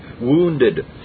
wounded